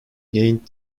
gained